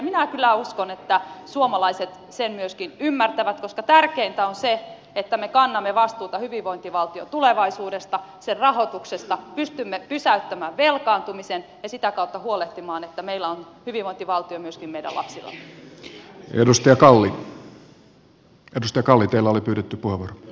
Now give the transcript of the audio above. minä kyllä uskon että suomalaiset sen myöskin ymmärtävät koska tärkeintä on se että me kannamme vastuuta hyvinvointivaltion tulevaisuudesta sen rahoituksesta pystymme pysäyttämään velkaantumisen ja sitä kautta huolehtimaan että meillä on hyvinvointivaltio myöskin meidän lapsillamme